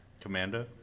commando